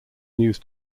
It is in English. news